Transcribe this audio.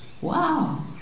Wow